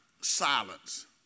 silence